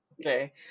Okay